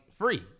free